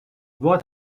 what